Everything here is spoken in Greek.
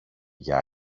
για